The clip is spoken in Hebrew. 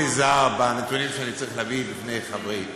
נזהר בנתונים שאני צריך להביא בפני חברי הכנסת,